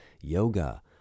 yoga